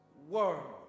World